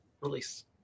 release